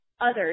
others